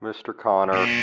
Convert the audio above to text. mr. connor,